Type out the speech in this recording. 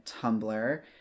Tumblr